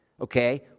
Okay